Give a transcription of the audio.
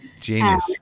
Genius